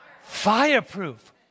Fireproof